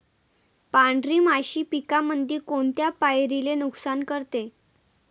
पांढरी माशी पिकामंदी कोनत्या पायरीले नुकसान करते?